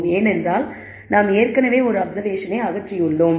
ஏனென்றால் நாம் ஏற்கனவே ஒரு அப்சர்வேஷனை அகற்றியுள்ளோம்